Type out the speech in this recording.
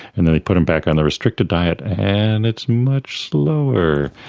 and then they put them back on the restricted diet and it's much slower.